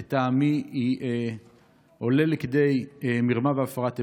לטעמי היא עולה לכדי מרמה והפרת אמונים.